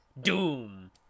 doom